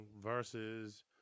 versus